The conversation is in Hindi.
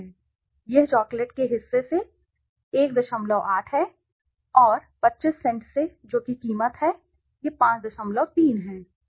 चॉकलेट के लिए यह चॉकलेट के हिस्से से 18 है और 25 सेंट से जो कि कीमत है यह 53 है